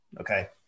Okay